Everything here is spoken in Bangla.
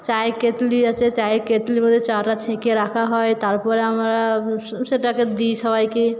চায়ের কেটলি আছে চায়ের কেটলির মধ্যে চাটা ছেঁকে রাখা হয় তারপরে আমরা সেটাকে দিই সবাইকে